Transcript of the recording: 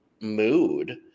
Mood